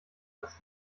als